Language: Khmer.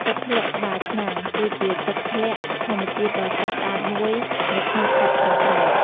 ទឹកធ្លាក់ក្បាលឆ្នាំង គឺជាទឹកធ្លាក់ធម្មជាតិដ៏ស្រស់ស្អាតមួយនៅក្នុងខេត្តស្ទឹងត្រែង។